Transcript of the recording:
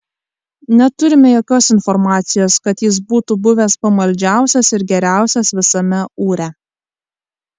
neturime jokios informacijos kad jis būtų buvęs pamaldžiausias ir geriausias visame ūre